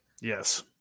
Yes